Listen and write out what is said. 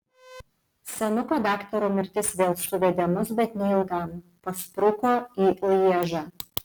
senuko daktaro mirtis vėl suvedė mus bet neilgam paspruko į lježą